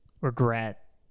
regret